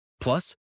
Plus